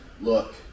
look